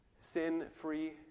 sin-free